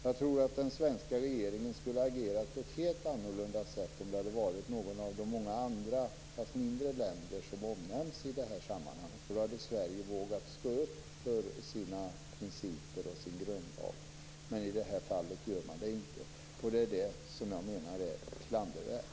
Jag tror att den svenska regeringen skulle ha agerat på ett helt annorlunda sätt om det hade rört sig om något av de många andra, fast mindre, länder som omnämnts i sammanhanget. Då hade Sverige vågat stå upp för sina principer och sin grundlag. Men i det här fallet gör Sverige inte det. Det är det som jag menar är klandervärt.